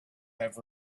have